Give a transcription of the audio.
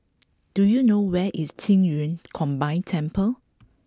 do you know where is Qing Yun Combined Temple